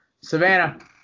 Savannah